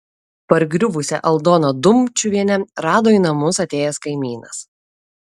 pargriuvusią aldoną dumčiuvienę rado į namus atėjęs kaimynas